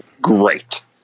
great